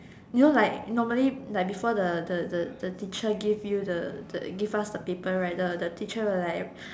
you know like normally like before the the the teacher give you the the give us the paper right the the teacher will like